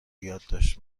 یادداشت